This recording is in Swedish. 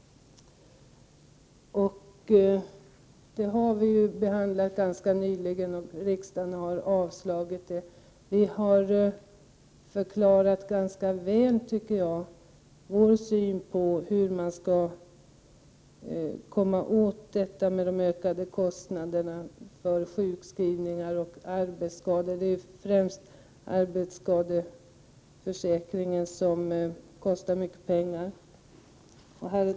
Den frågan behandlades ganska nyligen här i riksdagen, och riksdagen avslog folkpartiets förslag i det sammanhanget. Jag tycker att vi har redogjort ganska väl för vår syn på hur man skall komma till rätta med de ökade kostnaderna för sjukskrivningar och arbetsskador. Det är ju främst arbetsskadeförsäkringen som kostar mycket pengar.